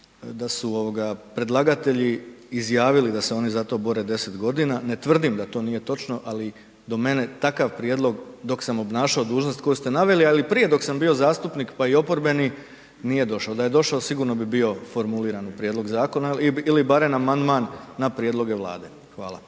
ovoga predlagatelji izjavili da se oni za to bore 10 godina, ne tvrdim da to nije točno, ali do mene takav prijedlog dok sam obnašao dužnost koju ste naveli, ali i prije dok sam bio zastupnika pa i oporbeni nije došao, da je došao sigurno bi bio formuliran u prijedlog zakona ili barem amandman na prijedloge vlade. Hvala.